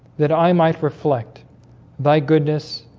that i might reflect thy goodness.